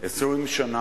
20 שנה